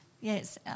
yes